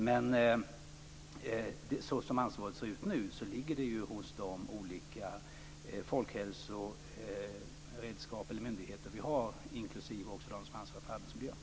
Men så som ansvaret ser ut nu ligger det hos de olika folkhälsoredskap och myndigheter som vi har, inklusive också dem som har ansvaret för arbetsmiljön.